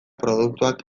produktuak